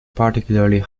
particularly